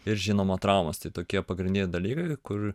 ir žinoma traumos tai tokie pagrindiniai dalykai kur